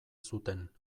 zuten